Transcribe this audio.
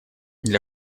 для